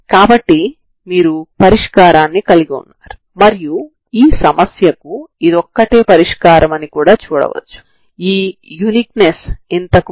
కాబట్టి సాధారణ పరిష్కారం uxt12fx ctfxct12cx ctxctgs ds12c0txct sx ct shys dy ds అవుతుంది